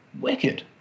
wicked